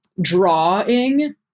drawing